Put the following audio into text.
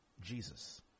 Jesus